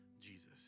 Jesus